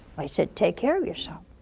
i said, take care of yourself.